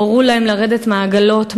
הורו להם לרדת מהעגלות,